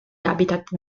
habitat